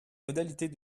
modalités